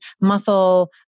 muscle